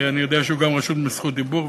ואני יודע שגם הוא רשום לרשות דיבור,